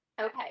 Okay